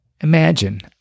Imagine